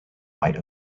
might